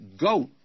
goat